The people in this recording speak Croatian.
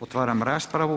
Otvaram raspravu.